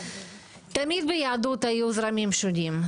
תמיד ביהדות היו זרמים שונים.